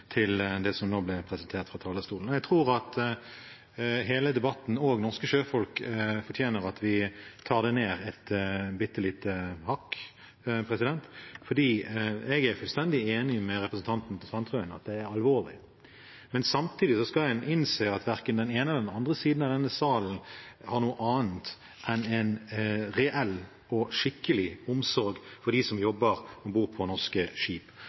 til det som nå ble presentert fra talerstolen. Jeg tror at hele debatten og norske sjøfolk fortjener at vi tar det ned et bitte lite hakk. Jeg er fullstendig enig med representanten Sandtrøen i at det er alvorlig, men samtidig skal en innse at verken den ene eller den andre siden av denne salen har noe annet enn en reell og skikkelig omsorg for dem som jobber om bord på norske skip. Til dem som beskriver Høyre som redernes parti: Sjøfolk trenger skip, skip